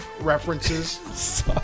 references